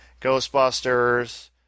Ghostbusters